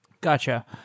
Gotcha